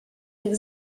tych